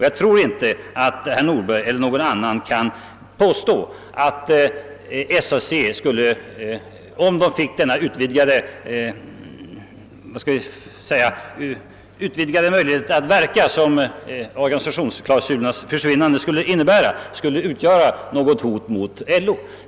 Jag tror inte herr Nordberg eller någon annan kan påstå att SAC, om organisationen finge de vidgade möjligheter att verka som organisationsklausulernas försvinnande skulle innebära, komme att utgöra något hot mot LO.